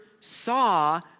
saw